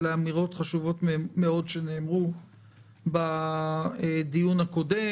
אלה אמירות חשובות מאוד שנאמרו בדיון הקודם.